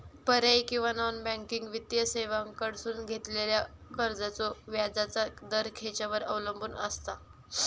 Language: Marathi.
पर्यायी किंवा नॉन बँकिंग वित्तीय सेवांकडसून घेतलेल्या कर्जाचो व्याजाचा दर खेच्यार अवलंबून आसता?